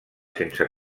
sense